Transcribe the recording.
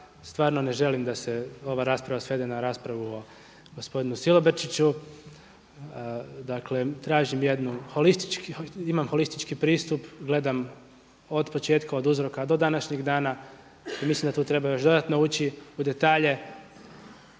stvarno ne želim da se ova rasprava svede na raspravu o gospodinu Silobrčiću. Dakle tražim jednu holističku, imam holistički pristup, gledam od početka, od uzroka do današnjeg dana, i mislim da tu treba još dodano ući u detalje